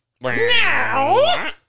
Now